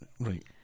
Right